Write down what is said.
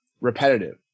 Repetitive